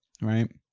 right